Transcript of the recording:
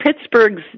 Pittsburgh's